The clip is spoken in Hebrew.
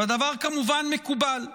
והדבר כמובן מקובל.